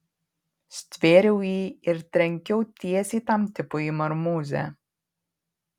stvėriau jį ir trenkiau tiesiai tam tipui į marmūzę